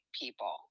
people